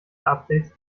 updates